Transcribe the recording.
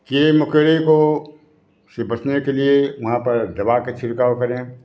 कीड़े मकौड़े को से बचने के लिए वहाँ पर दबा का छीड़काव करें